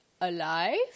alive